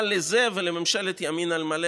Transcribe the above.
מה לזה ולממשלת ימין על מלא?